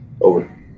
over